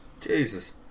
Jesus